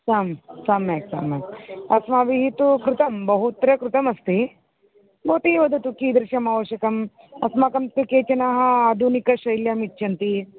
सम्यक् सम्यक् सम्यक् अस्माभिः तु कृतं बहुत्र कृतमस्ति भवती वदतु कीदृशम् आवश्यकम् अस्माकं तु केचन आधुनिकशैल्याम् इच्छन्ति